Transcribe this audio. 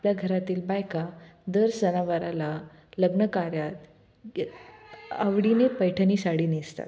आपल्या घरातील बायका दर सणावाराला लग्नकार्यात आवडीने पैठणी साडी नेसतात